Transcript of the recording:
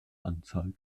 anzahl